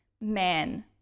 man